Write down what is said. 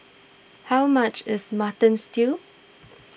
how much is Mutton Stew